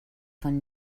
von